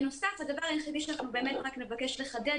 הדבר היחידי שאנחנו רק נבקש לחדד,